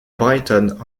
brighton